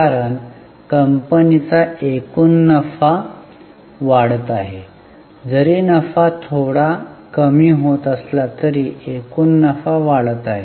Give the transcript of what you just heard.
कारण कंपनीचा एकूण नफा वाढत आहे जरी नफा थोडा कमी होत असला तरी एकूण नफा वाढत आहे